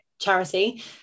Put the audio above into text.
charity